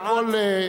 או לכל,